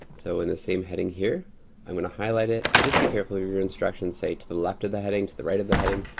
so, in the same heading here i'm gonna highlight it. and just be careful your your instructions say to the left of the heading, to the right of the heading.